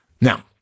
Now